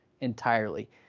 entirely